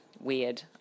weird